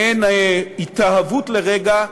מעין התאהבות לרגע,